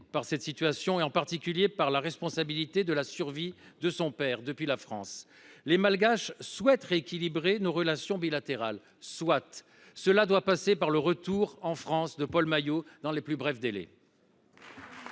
par cette situation, en particulier par la responsabilité de la survie de son père, depuis la France. Les Malgaches souhaitent rééquilibrer nos relations bilatérales : soit. Cela doit passer par le retour en France de Paul Maillot dans les plus brefs délais.